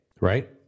right